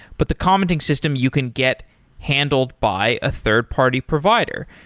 but the commenting system you can get handled by a third-party provider.